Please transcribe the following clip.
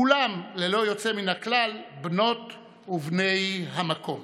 כולם ללא יוצא מן הכלל בנות ובני המקום.